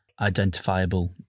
identifiable